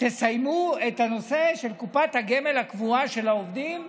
תסיימו את הנושא של קופת הגמל הקבועה של העובדים,